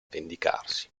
vendicarsi